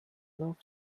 love